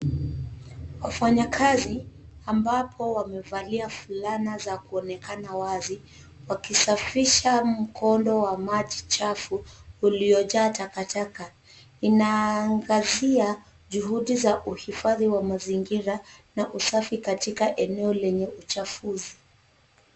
Wafanyakazi ambapo wamevalia fulana za kuonekana wazi, wakisafisha mkondo wa maji chafu uliojaa takataka, inaangazia juhudi za uhifadhi wa mazingira na usafi katika eneo lenye uchafuzi.